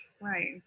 Right